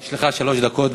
יש לך שלוש דקות.